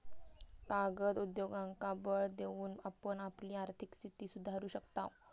कागद उद्योगांका बळ देऊन आपण आपली आर्थिक स्थिती सुधारू शकताव